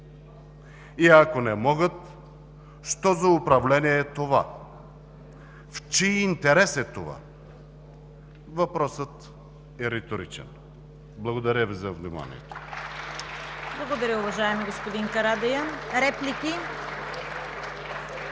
Ако не могат, що за управление е това?! В чий интерес е това? Въпросът е риторичен. Благодаря Ви за вниманието.